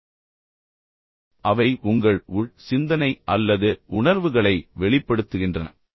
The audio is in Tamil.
எனவே அவை உண்மையில் உங்கள் உள் சிந்தனை அல்லது உணர்வுகளை வெளிப்படுத்துகின்றன